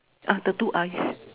ah the two eyes